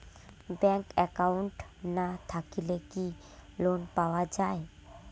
Bank account না থাকিলে কি লোন পাওয়া য়ায়?